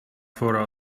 for